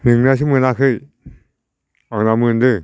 नोंनासो मोनाखै माब्ला मोननो